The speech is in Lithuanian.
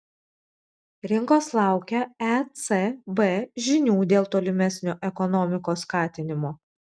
rinkos laukia ecb žinių dėl tolimesnio ekonomikos skatinimo